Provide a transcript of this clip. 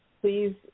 Please